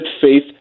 faith